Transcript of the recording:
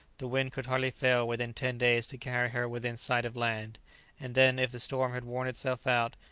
the wind could hardly fail within ten days to carry her within sight of land and then, if the storm had worn itself out,